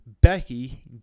Becky